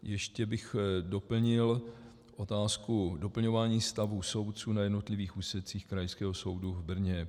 Ještě bych doplnil otázku doplňování stavu soudců na jednotlivých úsecích Krajského soudu v Brně.